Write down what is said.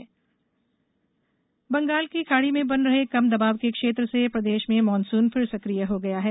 मौसम बंगाल की खाड़ी में बन रहे कम दबाव के क्षेत्र से प्रदेश में मॉनसून फिर सकिय हो गया हैं